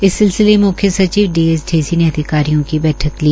इस सिलसिले में मुख्य सचिव डी एस ऐसी ने अधिकारियों की बठक ली